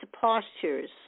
postures